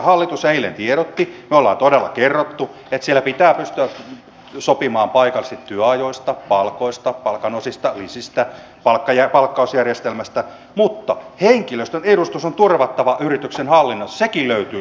hallitus eilen tiedotti me olemme todella kertoneet että siellä pitää pystyä sopimaan paikallisesti työajoista palkoista palkanosista lisistä palkkausjärjestelmästä mutta henkilöstön edustus on turvattava yrityksen hallinnossa sekin löytyy sieltä